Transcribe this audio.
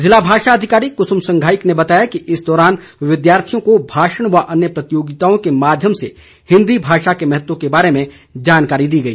जिला भाषा अधिकारी कुसुम संघाईक ने बताया कि इस दौरान विद्यार्थियों को भाषण व अन्य प्रतियोगिताओं के माध्यम से हिंदी भाषा के महत्व के बारे में जानकारी दी गई